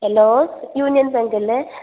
hello union bank അല്ലേ